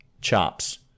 chops